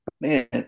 Man